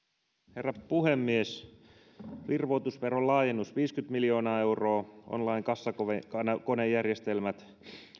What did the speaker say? herra puhemies virvoitusjuomaveron laajennus viisikymmentä miljoonaa euroa online kassakonejärjestelmät